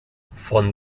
von